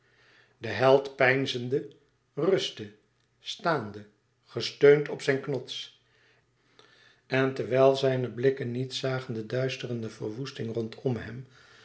de held peinzende rustte staande gesteund op zijn knots en terwijl zijne blikken niet zagen de duisterende verwoesting rondom